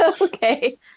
Okay